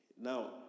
Now